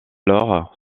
lors